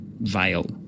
Veil